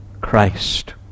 Christ